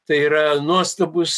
tai yra nuostabūs